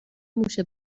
موش